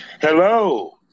Hello